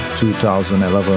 2011